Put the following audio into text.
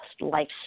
life